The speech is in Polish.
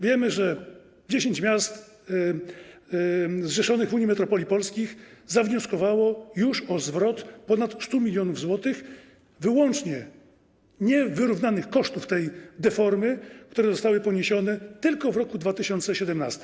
Wiemy, że 10 miast zrzeszonych w Unii Metropolii Polskich zawnioskowało już o zwrot ponad 100 mln zł wyłącznie niewyrównanych kosztów tej deformy, które zostały poniesione tylko w roku 2017.